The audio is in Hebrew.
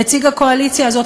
נציג הקואליציה הזאת,